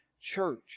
church